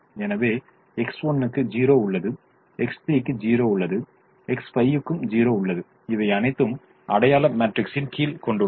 எனவே X1 க்கு 0 உள்ளது X3 க்கு 0 உள்ளது X5 யுக்கும் 0 உள்ளது இவையனைத்தும் அடையாள மேட்ரிக்ஸின் கீழ் கொண்டுள்ளது